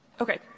Okay